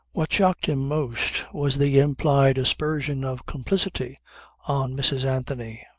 what shocked him most was the implied aspersion of complicity on mrs. anthony.